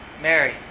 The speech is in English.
Mary